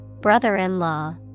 brother-in-law